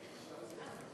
אני אמרתי,